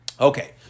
Okay